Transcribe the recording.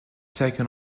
taken